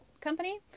Company